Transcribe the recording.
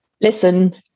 listen